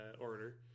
order